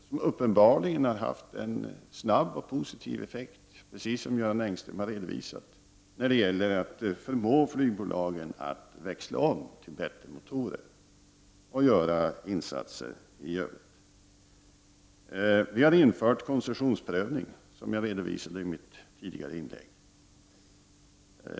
De har uppenbarligen haft en snabb och positiv effekt, precis som Göran Engström har redovisat, när det gällt att förmå flygbolagen att växla om till bättre motorer och att göra insatser i övrigt. Vi har infört koncessionsprövning, som jag redovisade i mitt tidigare inlägg.